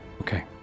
Okay